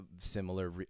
similar